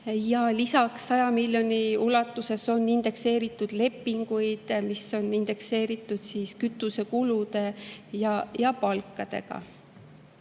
lisaks on 100 miljoni ulatuses indekseeritud lepinguid, mis on indekseeritud kütusekulude ja palkadega.